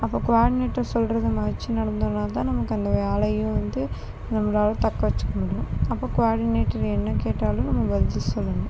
அப்போ கோஆடினேட்டர் சொல்றதை மதிச்சு நடந்தோன்னாதான் நமக்கு அந்த வேலையும் வந்து நம்மளால் தக்க வச்சுக்க முடியும் அப்போ கோஆடினேட்டர் என்ன கேட்டாலும் நம்ம பதில் சொல்லணும்